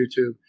YouTube